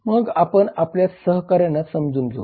मग आपण आपल्या सहकार्यांना समजून घेऊ